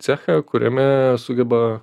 cechą kuriame sugeba